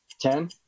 Ten